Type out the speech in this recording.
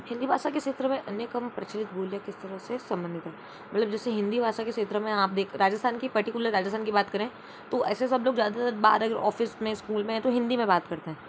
हिंदी भाषा के क्षेत्र में अन्य कम प्रचलित बोलियाँ किस तरह से सम्बंधित हैं मतलब जैसे हिंदी भासा के क्षेत्र में आप देख राजस्थान की पर्टिकुलर राजस्थान की बात करें तो ऐसे सब लोग ज़्यादातर बात अगर ऑफिस में स्कूल में हैं तो हिंदी में बात करते हैं